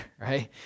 right